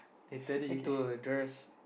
they turned it into a dress